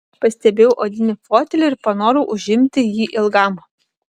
pastebėjau odinį fotelį ir panorau užimti jį ilgam